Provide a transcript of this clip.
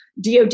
DOD